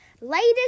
latest